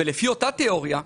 לפי אותה תיאוריה,